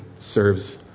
serves